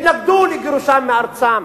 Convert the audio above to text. התנגדו לגירושם מארצם.